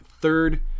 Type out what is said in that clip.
third